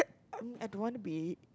um I don't want to be